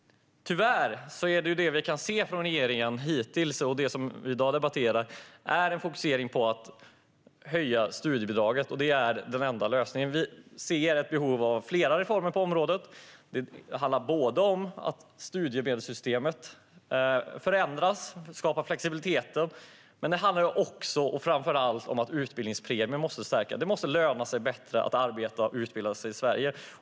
Tyvärr är det som vi kan se från regeringen hittills och i det som vi i dag debatterar en fokusering på att höja studiebidraget. Det är regeringens enda lösning. Vi ser ett behov av flera reformer på området. Det handlar om att studiemedelssystemet förändras och att vi skapar flexibilitet i det. Men det handlar också, och framför allt, om att utbildningspremien måste stärkas. Det måste löna sig bättre att arbeta och utbilda sig i Sverige.